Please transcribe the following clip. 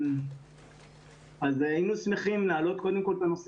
אנחנו מתייחסים לארגון שלנו.